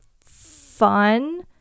fun